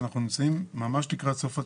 שאנחנו נמצאים ממש לקראת סוף התהליך.